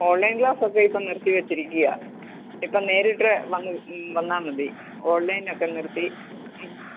online class ഒക്കെ ഇപ്പോൾ നിർത്തി വെച്ചിരിക്കുവാണ് ഇപ്പോൾ നേരിട്ട് വന്ന് വന്നാൽ മതി ഓൺലൈൻ ഒക്കെ നിർത്തി